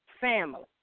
Family